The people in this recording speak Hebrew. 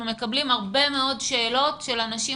אנחנו מקבלים הרבה מאוד שאלות של אנשים